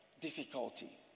difficulty